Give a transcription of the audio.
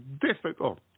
Difficult